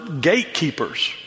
gatekeepers